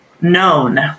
known